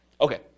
Okay